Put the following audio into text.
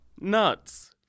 Nuts